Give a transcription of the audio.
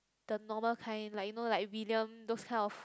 the normal kind like you know like William those kind of